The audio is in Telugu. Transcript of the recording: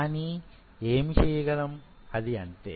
కానీ ఏమి చేయగలం అది అంతే